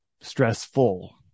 stressful